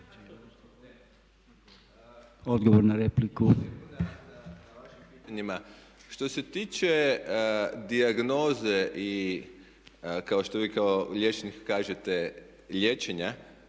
Odgovor na repliku.